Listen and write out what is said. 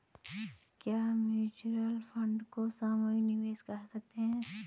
क्या mutual fund को सामूहिक निवेश कह सकते हैं?